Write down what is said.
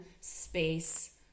space